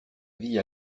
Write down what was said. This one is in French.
vie